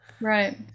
right